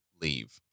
leave